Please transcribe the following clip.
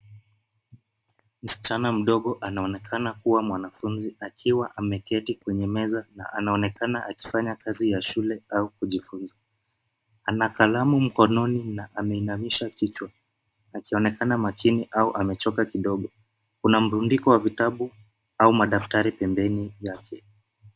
Msichana mdogo anaonekana kuwa mwanafunzi akiwa ameketi kwenye meza, na anaonekana akifanya kazi ya shule, au kujifunza, Ana kalamu mkononi na ameinamisha kichwa, akionekana makini au amechoka kidogo. Kuna mrundiko wa vitabu, au madaftari, pembeni yake.